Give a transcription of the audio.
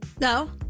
No